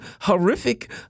horrific